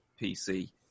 PC